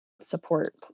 support